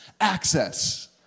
access